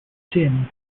tin